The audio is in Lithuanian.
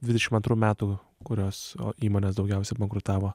dvidešimt antrų metų kurios o įmonės daugiausia bankrutavo